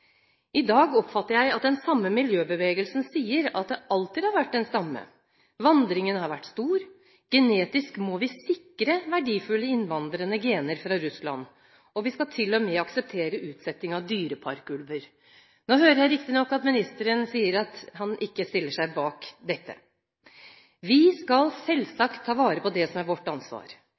I dag oppfatter jeg at den samme miljøbevegelsen sier at det alltid har vært en stamme, vandringen har vært stor, genetisk må vi sikre verdifulle innvandrende gener fra Russland – og vi skal til og med akseptere utsetting av dyreparkulver. Nå hører jeg riktignok at ministeren sier at han ikke stiller seg bak dette. Vi skal selvsagt ta vare på det som er vårt ansvar,